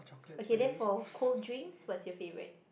okay therefore cold drinks what's your favorite